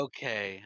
Okay